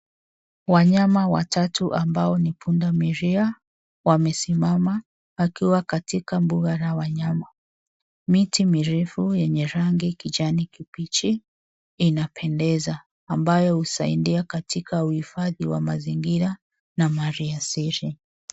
Wanyama watatu ambao ni punda milia wamesimama wakiwa katika mbuga la wanyama. Miti mirefu yenye rangi kijani kibichi inapendeza ambayo husaidia katika uhifadhi wa mazingira na maliasili.